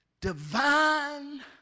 Divine